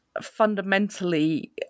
fundamentally